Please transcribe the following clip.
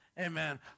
Amen